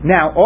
Now